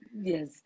yes